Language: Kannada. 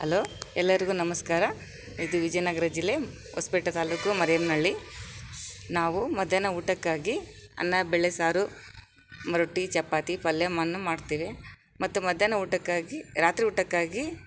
ಹಲೋ ಎಲ್ಲರಿಗೂ ನಮಸ್ಕಾರ ಇದು ವಿಜಯನಗರ ಜಿಲ್ಲೆ ಹೊಸಪೇಟೆ ತಾಲೂಕು ಮರಿಯಮ್ನಹಳ್ಳಿ ನಾವು ಮಧ್ಯಾಹ್ನ ಊಟಕ್ಕಾಗಿ ಅನ್ನ ಬೇಳೆ ಸಾರು ರೊಟ್ಟಿ ಚಪಾತಿ ಪಲ್ಯ ವನ್ನು ಮಾಡ್ತಿವಿ ಮತ್ತು ಮಧ್ಯಾಹ್ನ ಊಟಕ್ಕಾಗಿ ರಾತ್ರಿ ಊಟಕ್ಕಾಗಿ